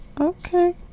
Okay